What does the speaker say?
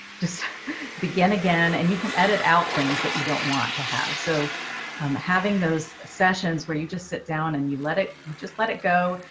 just begin again and you can edit out things that you don't want to have. so having those sessions where you just sit down and you let it, you just let it go.